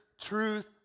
truth